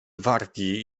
wargi